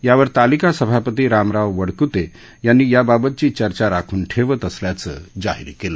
यावर तालिका सभापती रामराव वडकते यांनी याबाबतची चर्चा राखून ठेवत असल्याचे जाहीर केले